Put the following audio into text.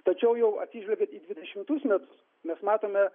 tačiau jau atsižvelgiant į dvidešimtus metus mes matome